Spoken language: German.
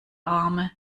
arme